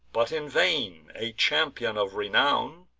but in vain, a champion of renown,